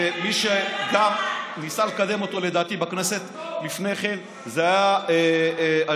ולדעתי מי שניסה לקדם אותו בכנסת לפני כן היה היושב-ראש.